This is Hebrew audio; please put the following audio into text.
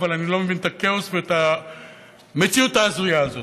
אבל אני לא מבין את הכאוס ואת המציאות ההזויה הזאת.